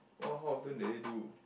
what how often did they do